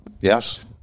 Yes